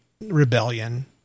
rebellion